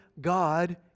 God